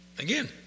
Again